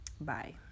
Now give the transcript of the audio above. bye